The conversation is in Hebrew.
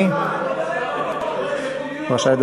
עכשיו.